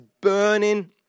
burning